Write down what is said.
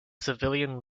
civilian